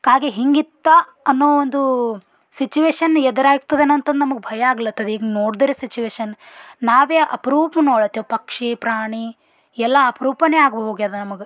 ಕಾಗೆ ಹೀಗಿತ್ತಾ ಅನ್ನೋ ಒಂದು ಸಿಚುಯೇಷನ್ ಎದುರಾಗ್ತದೇನೋ ಅಂತಂದು ನಮಗೆ ಭಯ ಆಗ್ಲತ್ತದೆ ಈಗ ನೋಡಿದ್ರೆ ಸಿಚುಯೇಷನ್ ನಾವೇ ಅಪ್ರೂಪ ನೋಡ್ಲತ್ತೇವೆ ಪಕ್ಷಿ ಪ್ರಾಣಿ ಎಲ್ಲ ಅಪರೂಪನೇ ಆಗ ಹೋಗ್ಯದೆ ನಮಗೆ